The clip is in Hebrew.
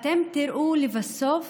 אתם תראו שלבסוף